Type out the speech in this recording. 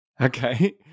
Okay